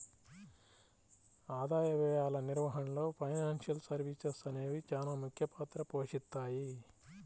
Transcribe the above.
ఆదాయ వ్యయాల నిర్వహణలో ఫైనాన్షియల్ సర్వీసెస్ అనేవి చానా ముఖ్య పాత్ర పోషిత్తాయి